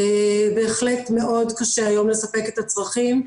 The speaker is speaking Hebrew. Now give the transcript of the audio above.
בהחלט מאוד קשה היום לספק את הצרכים.